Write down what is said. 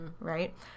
right